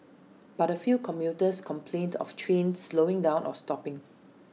but A few commuters complained of trains slowing down or stopping